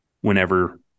whenever